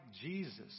Jesus